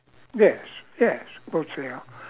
yes yes what say are